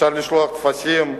אפשר לשלוח טפסים,